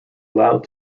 allowed